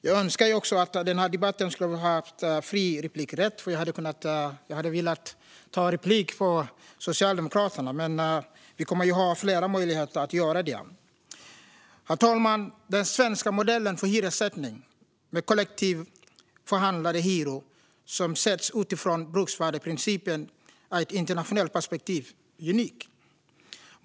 Jag önskar att det hade varit fri replikrätt i denna debatt, för jag hade velat ta replik på Socialdemokraterna. Men vi kommer att ha flera möjligheter att göra det. Herr talman! Den svenska modellen för hyressättning, med kollektivt förhandlade hyror som sätts utifrån bruksvärdesprincipen, är i ett internationellt perspektiv unik.